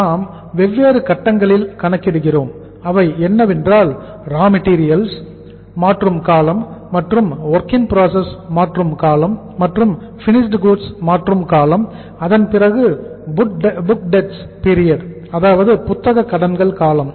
நாம் வெவ்வேறு கட்டங்களில் கணக்கிடுகிறோம் அவை என்னவென்றால் ரா மெட்டீரியல்ஸ் அதாவது புத்தக கடன்கள் காலம்